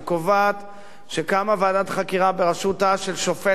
שקמה ועדת חקירה בראשותה של שופטת צרפתייה,